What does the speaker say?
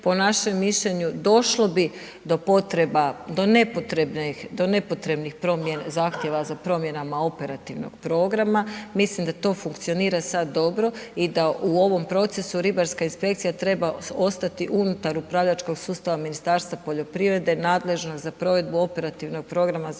Po našem mišljenju došlo do nepotrebnih zahtjeva za promjenama operativnog programa, mislim da to funkcionira sad dobro i da u ovom procesu ribarska inspekcija treba ostati unutar upravljačkog sustava Ministarstva poljoprivrede nadležnog za provedbu operativnog programa za